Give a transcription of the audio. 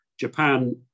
Japan